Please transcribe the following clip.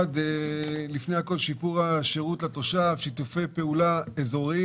לפני הכול שיפור השירות לתושב ושיתופי פעולה אזוריים.